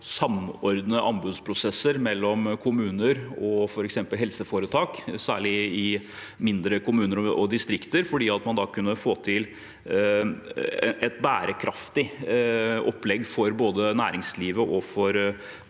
samordne anbudsprosesser mellom kommuner og f.eks. helseforetak, særlig i mindre kommuner og distrikter, fordi man da kunne få til et bærekraftig opplegg for både næringslivet og dem